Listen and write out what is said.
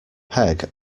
peg